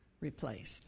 replaced